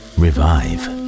revive